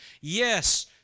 yes